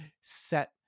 set